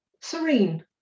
serene